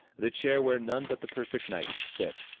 the chair where none but the perfect knight could sit.